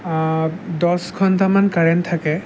দহ ঘণ্টামান কাৰেণ্ট থাকে